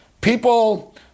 people